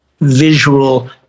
visual